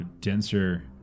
denser